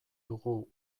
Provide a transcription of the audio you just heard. dugu